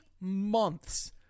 months